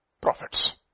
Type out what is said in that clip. prophets